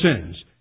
sins